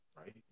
right